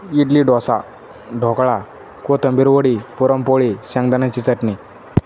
इडली डोसा ढोकळा कोथिंबीरवडी पुरणपोळी शेंगदाण्याची चटणी